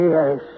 Yes